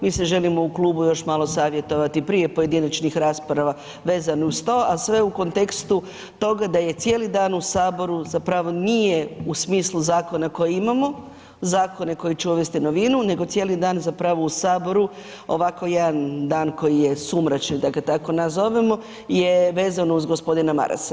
Mi se želimo u klubu još malo savjetovati prije pojedinačnih rasprava vezano uz to, a sve u kontekstu toga da je cijeli dan u saboru, zapravo nije u smislu zakona koje imamo, zakone koji će uvesti novinu, nego cijeli dan zapravo u saboru ovako jedan dan koji je sumračni da ga tako nazovemo, je vezan uz gospodina Marasa.